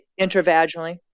intravaginally